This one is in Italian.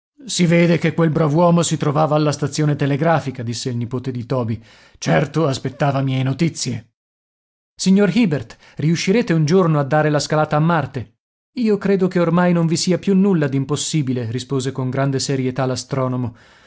si vede che quel brav'uomo si trovava alla stazione telegrafica disse il nipote di toby certo aspettava mie notizie signor hibert riuscirete un giorno a dare la scalata a marte io credo che ormai non vi sia più nulla d'impossibile rispose con grande serietà l'astronomo